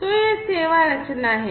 तो यह सेवा रचना है